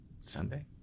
Sunday